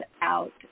out